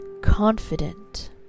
confident